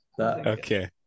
okay